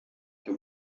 cyo